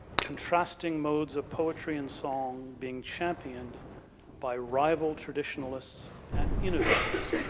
contrasting modes of poetry and song being championed by rival traditionalists and innovators.